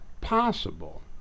possible